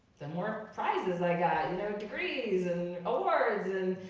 the more prizes i got. you know degrees and awards. and